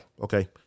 okay